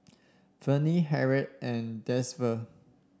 Vennie Harriet and